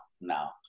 now